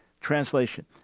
translation